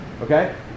Okay